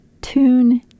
tune